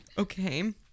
Okay